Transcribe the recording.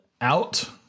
out